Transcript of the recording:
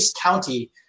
county